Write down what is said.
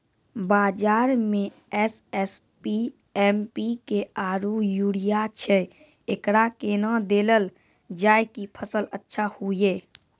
बाजार मे एस.एस.पी, एम.पी.के आरु यूरिया छैय, एकरा कैना देलल जाय कि फसल अच्छा हुये?